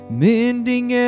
mending